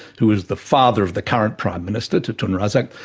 who was the father of the current prime minister, tun razak,